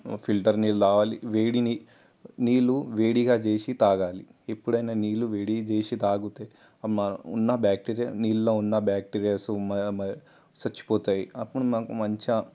filter నీళ్లు తాగాలి వేడిగా నీళ్లు వేడిగా చేసి తాగాలి ఎప్పుడైనా నీళ్లు వేడిగా చేసి తాగితే ఉన్న బాక్టీరియా నీళ్లో ఉన్న బాక్టీరియాసు చనిపోతాయి అప్పుడు మనకు మంచిగా